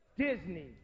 Disney